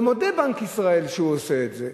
ומודה בנק ישראל שהוא עושה את זה,